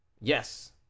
Yes